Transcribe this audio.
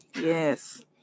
Yes